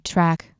Track